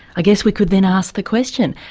i guess we could then ask the question,